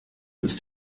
ist